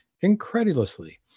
incredulously